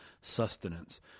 sustenance